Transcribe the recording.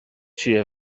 چیه